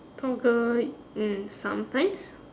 toggle mm sometimes